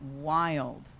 wild